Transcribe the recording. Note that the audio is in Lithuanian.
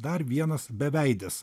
dar vienas beveidis